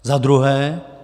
Za druhé.